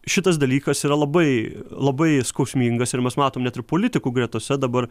šitas dalykas yra labai labai skausmingas ir mes matom net ir politikų gretose dabar